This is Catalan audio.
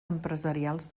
empresarials